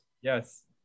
Yes